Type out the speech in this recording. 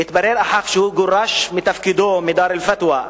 שהתברר אחר כך שהוא גורש מתפקידו, מדאר אל-פתוא,